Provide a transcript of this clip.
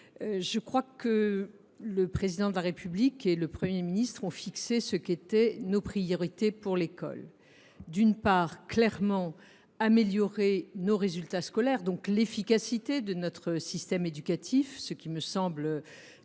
Grosperrin, le Président de la République et le Premier ministre ont fixé ce qu’étaient nos priorités pour l’école. D’une part, clairement, améliorer nos résultats scolaires et donc l’efficacité de notre système éducatif, un objectif qui me semble